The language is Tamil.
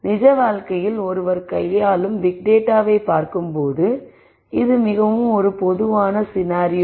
நிஜ வாழ்க்கையில் ஒருவர் கையாளும் பிக் டேட்டாவை பார்க்கும்போது இது மிகவும் பொதுவான சினாரியோ